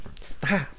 Stop